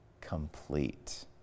complete